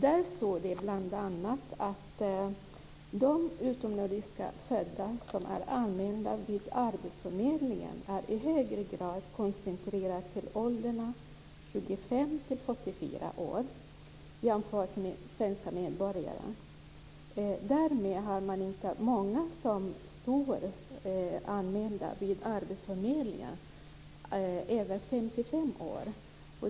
Där står det bl.a. att de utomnordiskt födda som är anmälda vid arbetsförmedlingen i högre grad är koncentrerade till åldrarna 25-44 år är svenska medborgare. Därmed har man inte många som är anmälda vid arbetsförmedlingen som är över 55 år.